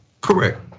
Correct